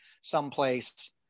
someplace